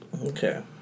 okay